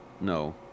No